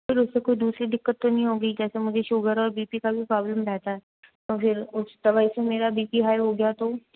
sir उससे कोई दूसरी दिक्कत तो नहीं होगी जैसे मुझे शुगर और बी पी का भी प्रॉब्लम रहता है और फिर उस दवाई से मेरा बी पी हाई हो गया तो